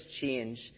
change